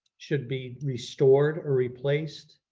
should be restored or replaced.